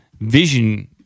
vision